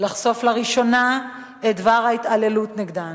לחשוף לראשונה את דבר ההתעללות נגדן.